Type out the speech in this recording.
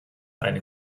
eine